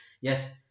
Yes